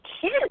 kids